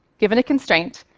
given a constraint,